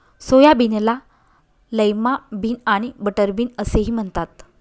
सोयाबीनला lima bean आणि butter bean असेही म्हणतात